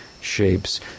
shapes